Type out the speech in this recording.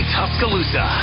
Tuscaloosa